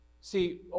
See